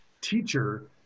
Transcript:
teacher